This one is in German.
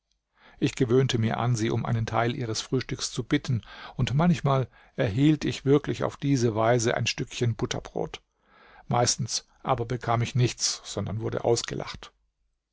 ich gewöhnte mir an sie um einen teil ihres frühstücks zu bitten und manchmal erhielt ich wirklich auf diese weise ein stückchen butterbrot meistens aber bekam ich nichts sondern wurde ausgelacht